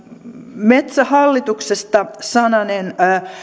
metsähallituksesta sananen